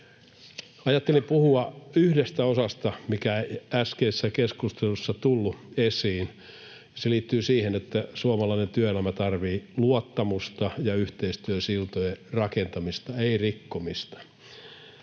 Ajattelin puhua yhdestä osasta, mikä ei äskeisessä keskustelussa tullut esiin. Se liittyy siihen, että suomalainen työelämä tarvitsee luottamusta ja yhteistyösiltojen rakentamista, ei rikkomista.